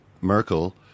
Merkel